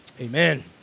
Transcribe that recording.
amen